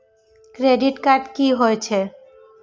Credit card की होई छै?